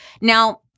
Now